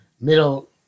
middle